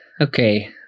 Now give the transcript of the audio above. okay